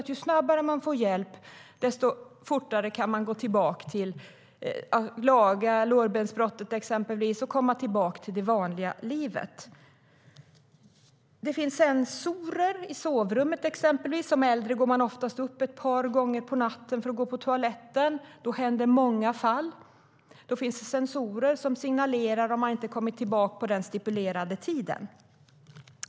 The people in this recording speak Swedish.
Ju snabbare man får hjälp desto fortare kan man komma tillbaka till det vanliga livet efter till exempel ett lårbensbrott. Det går även att sätta sensorer i sovrummet. Som äldre går man oftast upp ett par gånger på natten för att gå på toaletten. Då sker många fall. Sensorerna signalerar om man inte kommit tillbaka inom den stipulerade tiden.